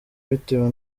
bitewe